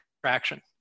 fraction